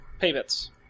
payments